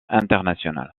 international